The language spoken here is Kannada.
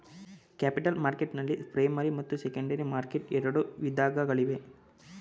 ಕ್ಯಾಪಿಟಲ್ ಮಾರ್ಕೆಟ್ನಲ್ಲಿ ಪ್ರೈಮರಿ ಮತ್ತು ಸೆಕೆಂಡರಿ ಮಾರ್ಕೆಟ್ ಎರಡು ವಿಧಗಳಿವೆ